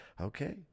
Okay